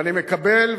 ואני מקבל,